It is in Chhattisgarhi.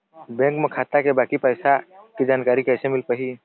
बैंक म खाता के बाकी पैसा के जानकारी कैसे मिल पाही?